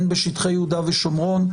הן בשטחי יהודה ושומרון,